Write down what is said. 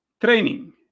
training